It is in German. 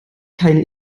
keine